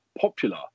popular